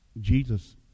Jesus